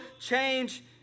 change